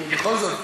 כי בכל זאת,